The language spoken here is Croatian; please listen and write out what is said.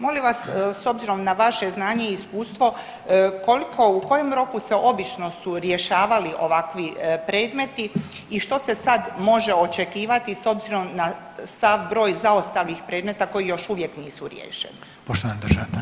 Molim vas s obzirom na vaše znanje i iskustvo, koliko u kojem roku se obično su rješavali ovakvi predmeti i što se sad može očekivati s obzirom na sav broj zaostalih predmeta koji još uvijek nisu riješeni?